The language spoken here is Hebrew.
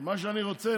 על מה שאני רוצה?